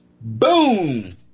Boom